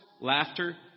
laughter